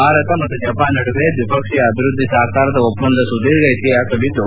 ಭಾರತ ಮತ್ತು ಜಪಾನ್ ನಡುವೆ ದ್ವಿಪಕ್ಷೀಯ ಅಭಿವೃದ್ಧಿ ಸಹಕಾರದ ಒಪ್ಪಂದ ಸುಧೀರ್ಘ ಇತಿಹಾಸವಿದ್ದು